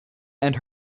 and